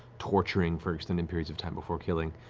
torturing for extended periods of time before killing.